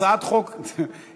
הצעת חוק התפזרות